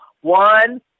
one